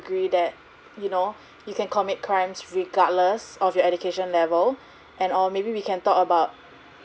agree that you know you can commit crimes regardless of your education level and or maybe we can talk about